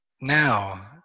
now